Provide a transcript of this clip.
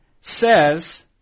says